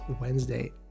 Wednesday